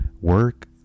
work